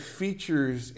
features